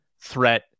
threat